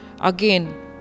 Again